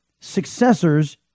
successors